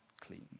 clean